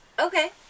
Okay